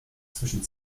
zwischen